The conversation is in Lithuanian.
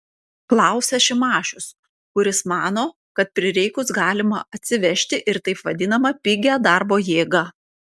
klausia šimašius kuris mano kad prireikus galima atsivežti ir taip vadinamą pigią darbo jėgą